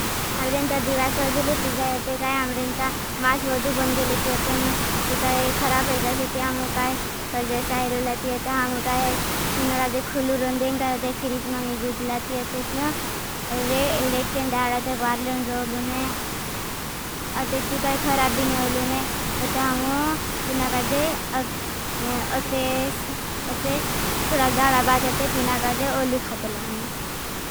हम रें ता दीवाष नहीं जह तीगाटे गाई। हम रें ता माँस भधु बणगागे दे लगे में। चुका एक खरा फईजा से ती आमों काई आज्जे साईरो लाती आते। आमों काई तीना काई खौलू रंदें काई। आते फीरीज माए जीद लाती आते च्यो। रेखें दारा ते गवार लून रोलूने। अते जुगाए खराब बिने रोलूने। अते ह मों जिनागाजे अते। थुलाग दारा बाद अते तिनागाजे ओली खाते लानों।